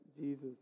Jesus